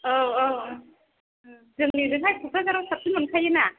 औ औ जोंनि ओजोंहाय क'क्राझारआव साबसिन मोनखायोना